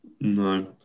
no